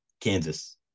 Kansas